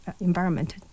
environment